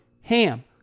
HAM